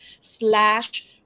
slash